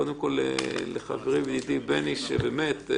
קודם כל לחברי וידידי חבר הכנסת בני בגין שעשה מעל